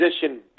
position